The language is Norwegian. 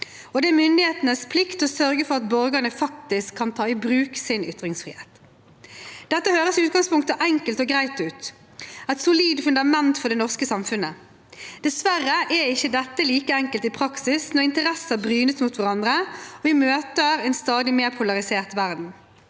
Det er myndighetenes plikt til å sørge for at borgerne faktisk kan ta i bruk sin ytringsfrihet. Dette høres i utgangspunktet enkelt og greit ut – et solid fundament for det norske samfunnet. Dessverre er ikke dette like enkelt i praksis når interesser brynes mot hverandre, og vi møter en stadig mer polarisert verden.